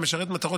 להודיעכם,